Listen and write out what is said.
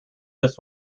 this